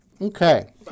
Okay